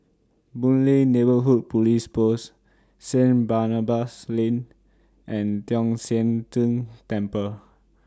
Boon Lay Neighbourhood Police Post Saint Barnabas Lane and Tong Sian Tng Temple